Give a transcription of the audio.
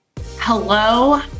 Hello